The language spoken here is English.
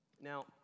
Now